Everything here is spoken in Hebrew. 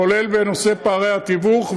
כולל בנושא פערי התיווך,